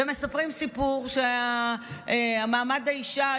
מספרות סיפור שמעמד האישה,